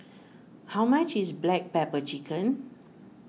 how much is Black Pepper Chicken